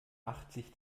achtzig